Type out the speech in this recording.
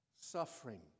suffering